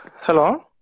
Hello